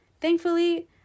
Thankfully